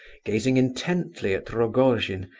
gazing intently at rogojin,